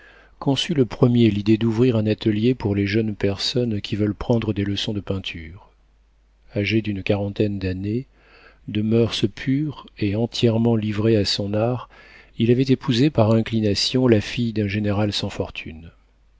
conçut le premier l'idée d'ouvrir un atelier pour les jeunes personnes qui veulent prendre des leçons de peinture agé d'une quarantaine d'années de moeurs pures et entièrement livré à son art il avait épousé par inclination la fille d'un général sans fortune